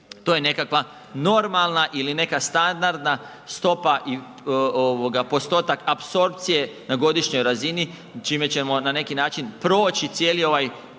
to je nekakva normalna ili neka standardna stopa i postotak apsorpcije na godišnjoj razini čime ćemo na neki način proći cijeli ovaj